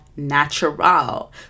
natural